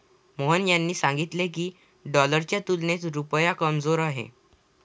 मोहन यांनी सांगितले की, डॉलरच्या तुलनेत रुपया कमजोर आहे